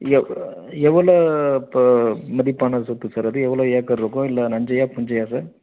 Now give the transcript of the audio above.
இல்லையா எவ்வளோ இப்போ மதிப்பான சொத்து சார் அது எவ்வளோ ஏக்கர் இருக்கும் இல்லை நஞ்சையா புஞ்சையா சார்